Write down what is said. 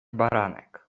baranek